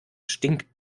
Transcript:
stinkt